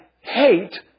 hate